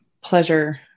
pleasure